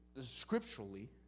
scripturally